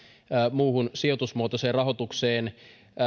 muuhun sijoitusmuotoiseen rahoitukseen